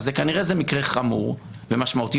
כנראה זה מקרה חמור ומשמעותי,